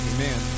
Amen